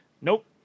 Nope